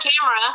camera